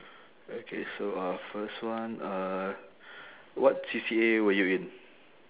okay so uh first one uh what C_C_A were you in